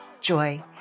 joy